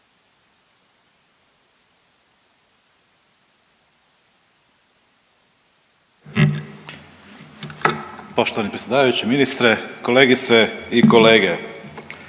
Poštovani predsjedavajući, ministre, kolegice i kolege.